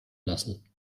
lassen